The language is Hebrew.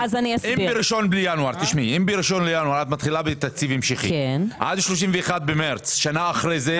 אם ב-1 בינואר את מתחילה בתקציב המשכי עד ל-31 במרץ שנה אחרי זה?